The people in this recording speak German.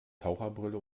taucherbrille